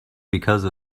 because